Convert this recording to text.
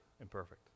Imperfect